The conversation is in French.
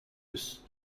bus